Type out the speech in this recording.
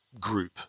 group